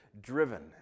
driven